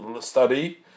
study